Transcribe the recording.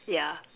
yeah